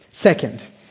Second